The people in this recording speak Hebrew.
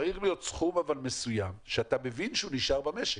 צריך להיות סכום מסוים שאתה מבין שהוא נשאר במשק.